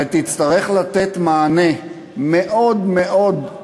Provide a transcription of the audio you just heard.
ותצטרך לתת מענה מאוד מאוד,